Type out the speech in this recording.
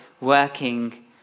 working